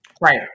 Right